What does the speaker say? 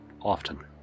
often